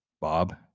Bob